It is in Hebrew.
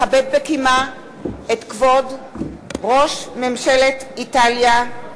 לכבד בקימה את כבוד ראש ממשלת איטליה,